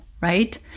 right